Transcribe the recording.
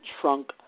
trunk